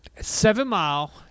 seven-mile